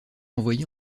envoyé